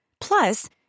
Plus